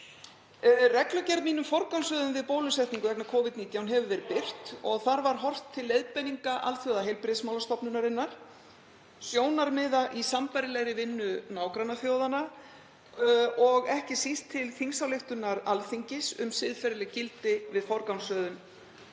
Reglugerð mín um forgangsröðuðum við bólusetningu vegna Covid-19 hefur verið birt og þar var horft til leiðbeininga Alþjóðaheilbrigðismálastofnunarinnar, sjónarmiða í sambærilegri vinnu nágrannaþjóðanna og ekki síst til þingsályktunar Alþingis um siðferðileg gildi við forgangsröðun